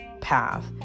path